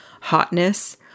hotness